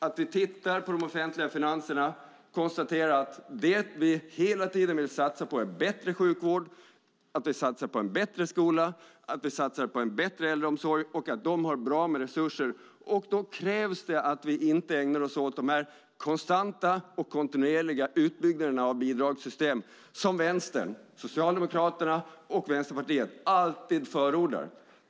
När vi tittar på de offentliga finanserna måste vi hela tiden konstatera att det vi vill satsa på är bättre sjukvård, en bättre skola och en bättre äldreomsorg och att man där har bra med resurser. Då kan vi inte ägna oss åt dessa konstanta utbyggnader av bidragssystem som vänstern - Socialdemokraterna och Vänsterpartiet - alltid förordar.